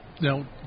Now